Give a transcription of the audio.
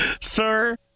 Sir